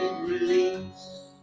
release